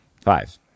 Five